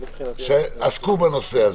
שעסקו בנושא הזה.